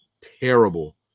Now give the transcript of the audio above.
terrible